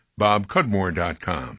bobcudmore.com